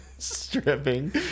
stripping